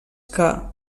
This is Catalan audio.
que